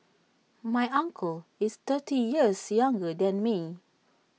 my uncle is thirty years younger than me